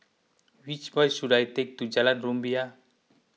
which bus should I take to Jalan Rumbia